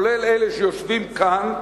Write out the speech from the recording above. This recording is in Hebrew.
כולל אלה שיושבים כאן,